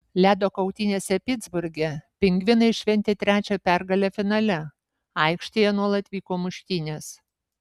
ledo kautynėse pitsburge pingvinai šventė trečią pergalę finale aikštėje nuolat vyko muštynės